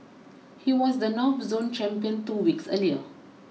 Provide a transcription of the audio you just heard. he was the North Zone champion two weeks earlier